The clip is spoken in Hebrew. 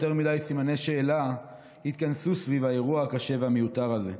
יותר מדי סימני שאלה התכנסו סביב האירוע הקשה והמיותר הזה.